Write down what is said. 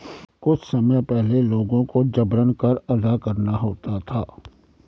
कुछ समय पहले लोगों को जबरन कर अदा करना होता था